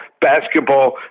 basketball